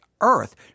Earth